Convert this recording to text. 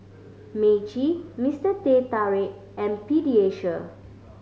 Meiji Mister Teh Tarik and Pediasure